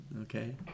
okay